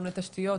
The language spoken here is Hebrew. גם לתשתיות,